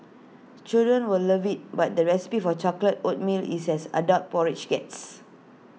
children will love IT but the recipe for chocolate oatmeal is as adult porridge gets